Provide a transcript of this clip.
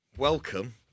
Welcome